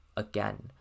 again